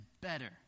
better